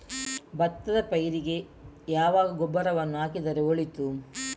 ಭತ್ತದ ಪೈರಿಗೆ ಯಾವಾಗ ಗೊಬ್ಬರವನ್ನು ಹಾಕಿದರೆ ಒಳಿತು?